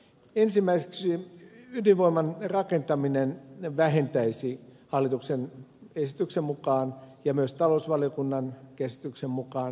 ensimmäiseksi ydinvoiman rakentaminen vähentäisi hallituksen esityksen ja myös talousvaliokunnan käsityksen mukaan suomen ilmastopäästöjä